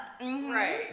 Right